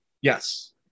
Yes